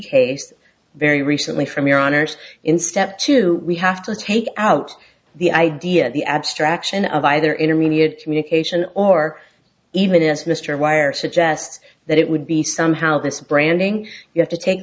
case very recently from your honour's in step two we have to take out the idea of the abstraction of either intermediate communication or even as mr wire suggests that it would be somehow this branding you have to take